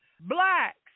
Blacks